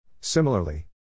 Similarly